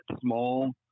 small